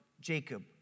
jacob